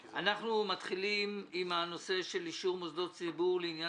אנחנו מתחילים עם הנושא של אישור מוסדות ציבור לעניין